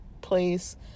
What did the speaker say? place